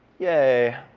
yay.